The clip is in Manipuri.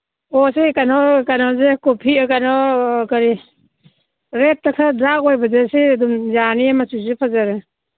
ꯑꯣ ꯁꯤ ꯀꯩꯅꯣ ꯀꯩꯅꯣꯁꯦ ꯀꯣꯐꯤ ꯀꯩꯅꯣ ꯀꯔꯤ ꯔꯦꯠꯇ ꯈꯔ ꯗꯥꯛ ꯑꯣꯏꯕꯁꯦ ꯁꯤ ꯑꯗꯨꯝ ꯌꯥꯅꯤꯌꯦ ꯃꯆꯨꯁꯤꯁꯨ ꯐꯖꯔꯦ